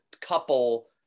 couple